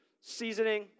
Seasoning